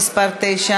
תקצוב מוסדות פטורים),